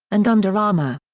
and under armour.